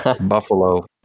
buffalo